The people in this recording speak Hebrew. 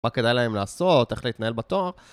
מה כדאי להם לעשות, איך להתנהל בתואר.